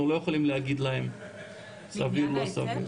אנחנו לא יכולים להגיד להם, סביר, לא סביר.